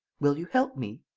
will you help me?